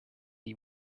die